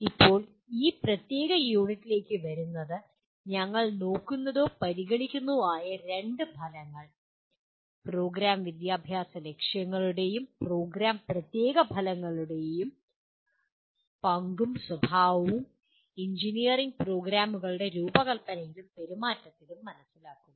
ഇപ്പോൾ ഈ പ്രത്യേക യൂണിറ്റിലേക്ക് വരുന്നത് ഞങ്ങൾ നോക്കുന്നതോ പരിഗണിക്കുന്നതോ ആയ രണ്ട് ഫലങ്ങൾ പ്രോഗ്രാം വിദ്യാഭ്യാസ ലക്ഷ്യങ്ങളുടെയും പ്രോഗ്രാം പ്രത്യേക ഫലങ്ങടെയും പങ്കും സ്വഭാവവും എഞ്ചിനീയറിംഗ് പ്രോഗ്രാമുകളുടെ രൂപകൽപ്പനയിലും പെരുമാറ്റത്തിലും മനസിലാക്കുന്നു